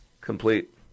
complete